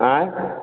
आँय